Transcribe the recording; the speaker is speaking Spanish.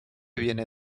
viene